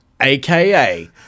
aka